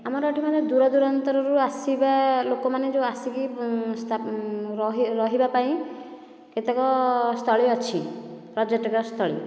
ଆମର ଏଠି ମାନେ ଦୂରଦୂରାନ୍ତରରୁ ଆସିବା ଲୋକମାନେ ଯେଉଁ ଆସିକି ରହି ରହିବା ପାଇଁ କେତେକ ସ୍ଥଳୀ ଅଛି ପର୍ଯ୍ୟଟକ ସ୍ଥଳୀ